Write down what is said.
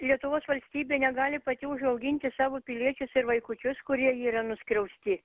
lietuvos valstybė negali pati užauginti savo piliečius ir vaikučius kurie yra nuskriausti